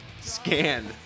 scanned